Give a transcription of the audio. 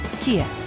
Kia